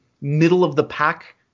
middle-of-the-pack